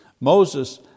Moses